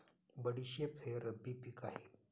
बडीशेप हे रब्बी पिक आहे